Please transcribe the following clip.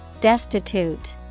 Destitute